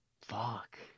Fuck